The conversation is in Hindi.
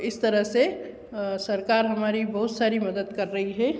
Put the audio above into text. इस तरह से सरकार हमारी बहुत सारी मदद कर रही है